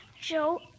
Joe